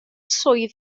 swydd